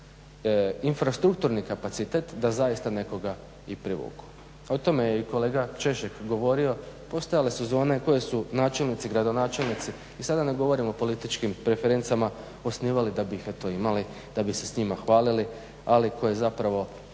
infrastrukturni kapacitet da zaista nekoga i privuku. O tome je i kolega Češek govorio, postojale su zone koje su načelnici, gradonačelnici i sada da ne govorimo o političkim referencama osnivali da bi ih eto imali da bi se s njima hvalili, ali koje zapravo